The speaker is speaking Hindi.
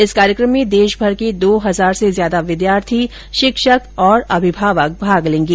इस कार्यक्रम में देश भर के दो हजार से ज्यादा विद्यार्थी शिक्षक और अभिभावक भाग लेंगे